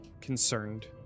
concerned